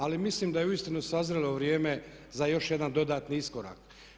Ali mislim da je uistinu sazrelo vrijeme za još jedan dodatni iskorak.